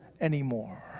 anymore